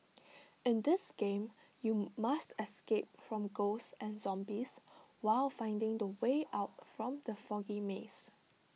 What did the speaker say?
in this game you must escape from ghosts and zombies while finding the way out from the foggy maze